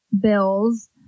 bills